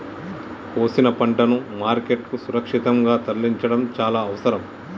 కోసిన పంటను మార్కెట్ కు సురక్షితంగా తరలించడం చాల అవసరం